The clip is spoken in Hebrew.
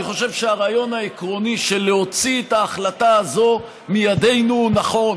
אני חושב שהרעיון העקרוני של להוציא את ההחלטה הזאת מידינו הוא נכון.